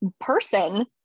person